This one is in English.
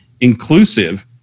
inclusive